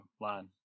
line